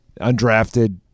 undrafted